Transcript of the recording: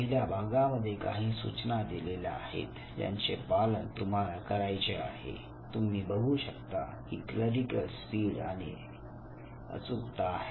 पहिल्या भागामध्ये काही सूचना दिलेल्या आहेत ज्यांचे पालन तुम्हाला करायचे आहे तुम्ही बघू शकता की क्लरिकल स्पीड आणि अचूकता आहे